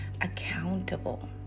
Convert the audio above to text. accountable